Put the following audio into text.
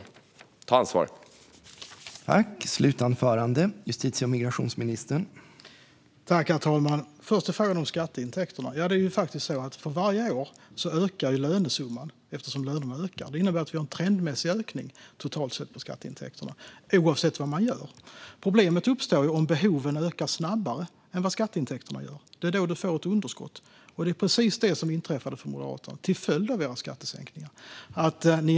Ta ansvar!